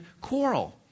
quarrel